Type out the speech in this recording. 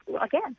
again